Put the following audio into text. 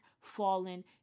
fallen